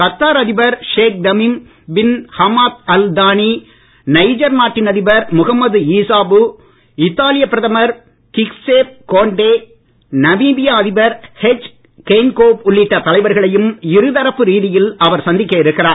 Qatar அதிபர் Sheikh Tamim bin Hamad Al Thani Niger நாட்டின் அதிபர் முகம்மது ஈசாஃபு இத்தாலியப் பிரதமர் கிஸ்ஸேப் கோண்ட்டே நபீயா அதிபர் ஹெஜ் கெய்ன்கோப் உள்ளிட்ட தலைவர்களையும் இருதரப்பு ரீதியில் அவர் சந்திக்க இருக்கிறார்